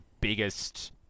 biggest